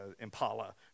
impala